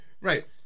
Right